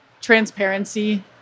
transparency